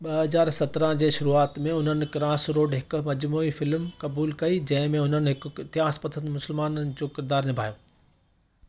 ॿ हज़ार सत्रहं जी शुरुआति में हुननि क्रॉसरोड हिकु मजमूई फ़िल्मु क़बूलु कई जंहिं में हुननि हिकु इंतिहास पसंदि मुसलमाननि जो किरदारु निभायो